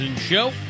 Show